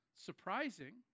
Surprising